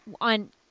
on